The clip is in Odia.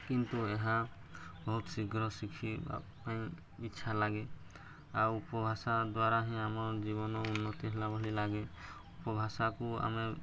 କିନ୍ତୁ ଏହା ବହୁତ ଶୀଘ୍ର ଶିଖିବା ପାଇଁ ଇଚ୍ଛା ଲାଗେ ଆଉ ଉପଭାଷା ଦ୍ୱାରା ହିଁ ଆମ ଜୀବନ ଉନ୍ନତି ହେଲା ଭଳି ଲାଗେ ଉପଭାଷାକୁ ଆମେ